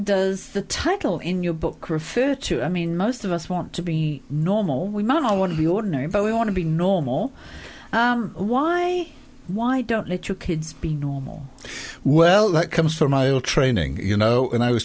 does the title in your book refer to i mean most of us want to be normal we might all want to be ordinary but we want to be normal why why don't let your kids be normal well that comes from my old training you know and i was